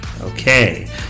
Okay